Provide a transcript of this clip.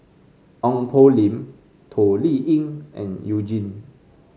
Ong Poh Lim Toh Liying and You Jin